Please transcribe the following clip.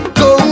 go